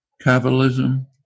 Capitalism